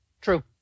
True